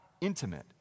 intimate